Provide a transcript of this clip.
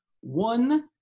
One